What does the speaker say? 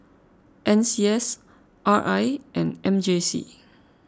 N C S R I and M J C